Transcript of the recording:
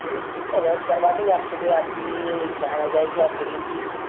तो ठीक है वेज करवा देंगे आप सुबह आपके लिए चाय आ जाएगी आप ग्रीन टी